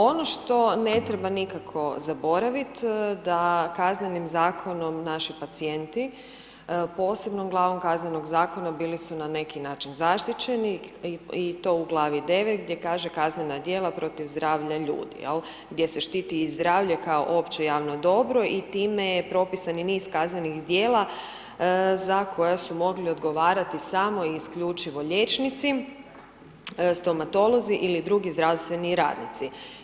Ono što ne treba nikako zaboraviti da Kaznenim zakonom naši pacijenti posebnom glavom Kaznenog zakona bili su na neki način zaštićeni i to u glavi 9., gdje kaže kaznena djela protiv zdravlja ljudi, jel', gdje se štiti i zdravlje kao opće javno dobro i time je propisan i niz kaznenih djela za koja su mogli odgovarati samo i isključivo liječnici, stomatolozi ili drugi zdravstveni radnici.